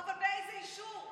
אבל באיזה אישור?